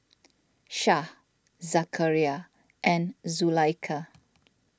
Syah Zakaria and Zulaikha